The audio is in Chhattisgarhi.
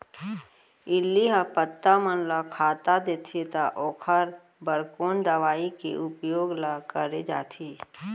इल्ली ह पत्ता मन ला खाता देथे त ओखर बर कोन दवई के उपयोग ल करे जाथे?